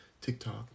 TikTok